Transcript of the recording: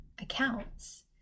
accounts